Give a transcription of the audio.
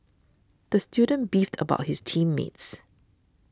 the student beefed about his team mates